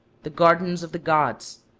the gardens of the gods,